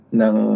ng